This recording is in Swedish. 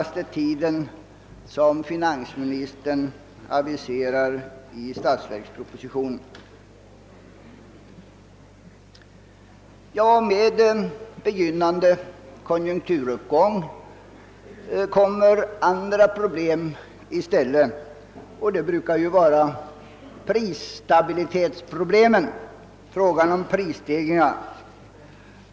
Stimulansen är inte särskilt stor, men det blir dock en stimulans. Med begynnande konjunkturuppgång uppkommer i stället andra problem — framför allt prisstabilitetsproblemen, frågan om Pprisstegringarna.